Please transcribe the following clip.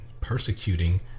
persecuting